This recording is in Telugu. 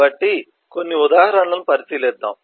కాబట్టి కొన్ని ఉదాహరణలను పరిశీలిద్దాం